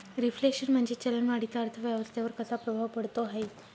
Reflation म्हणजे चलन वाढीचा अर्थव्यवस्थेवर कसा प्रभाव पडतो है?